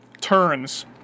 turns